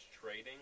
trading